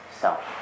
self